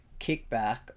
kickback